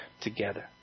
together